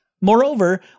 Moreover